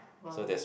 !wow!